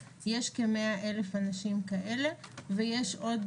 יש כ-100,000 אנשים כאלה ויש עוד